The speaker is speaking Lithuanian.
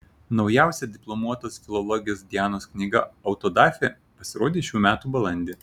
naujausia diplomuotos filologės dianos knyga autodafė pasirodė šių metų balandį